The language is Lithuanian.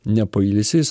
nepailsi jis